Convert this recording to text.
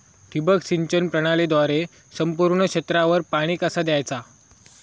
ठिबक सिंचन प्रणालीद्वारे संपूर्ण क्षेत्रावर पाणी कसा दयाचा?